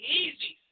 easy